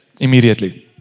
immediately